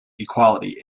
equality